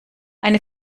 eine